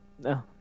No